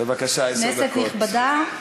כנסת נכבדה,